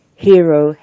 Hero